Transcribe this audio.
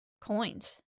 coins